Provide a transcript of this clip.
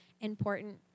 important